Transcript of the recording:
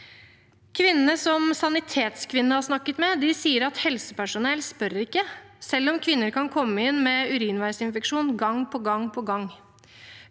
Kvinnene som Sanitetskvinnene har snakket med, sier at helsepersonell spør ikke selv om kvinner kan komme inn med urinveisinfeksjon gang på gang på gang.